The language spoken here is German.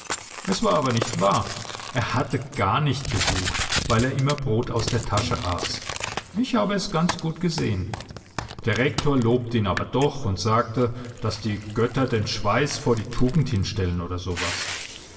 es war aber nicht wahr er hatte gar nicht gesucht weil er immer brot aus der tasche aß ich habe es ganz gut gesehen der rektor lobte ihn aber doch und sagte daß die götter den schweiß vor die tugend hinstellen oder so